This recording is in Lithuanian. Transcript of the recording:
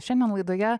šiandien laidoje